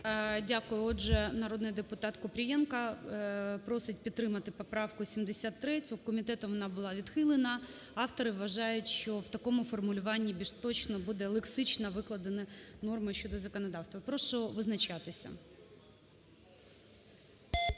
Дякую. Отже, народний депутат Купрієнко просить підтримати поправку 73. Комітетом вона була відхилена, автори вважають, що в такому формулюванні більш точно буде лексично викладені норми щодо законодавства. Прошу визначатися.